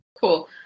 Cool